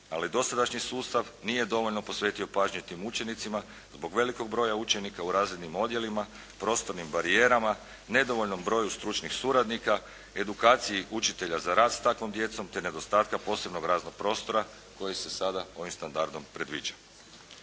ali dosadašnji sustav nije dovoljno posvetio pažnje tim učenicima zbog velikog broja učenika u razrednim odjelima, prostornim barijerama, nedovoljnom broju stručnih suradnika, edukaciji učitelja za rad s takvom djecom te nedostatka posebnog radnog prostora koji se sada ovim standardom predviđa.